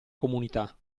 comunità